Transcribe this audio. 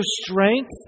strength